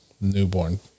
newborn